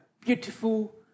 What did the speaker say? beautiful